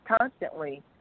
constantly